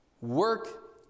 Work